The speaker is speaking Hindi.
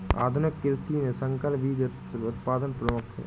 आधुनिक कृषि में संकर बीज उत्पादन प्रमुख है